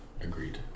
Agreed